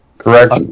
Correct